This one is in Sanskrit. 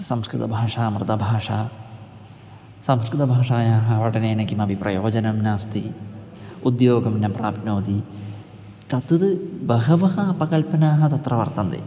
संस्कृतभाषा मृतभाषा संस्कृतभाषायाः पठनेन किमपि प्रयोजनं नास्ति उद्योगं न प्राप्नोति तद्वत् बहवः अपकल्पनाः तत्र वर्तन्ते